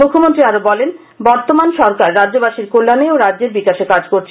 মুখ্যমন্ত্রী বলেন বর্তমান সরকার রাজ্যবাসীর কল্যাণে ও রাজ্যের বিকাশে কাজ করছে